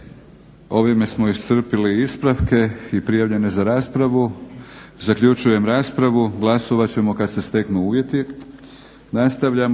Ovime smo iscrpili ispravke i prijavljene za raspravu. Zaključujem raspravu. Glasovat ćemo kada se steknu uvjeti.